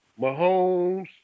Mahomes